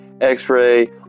X-Ray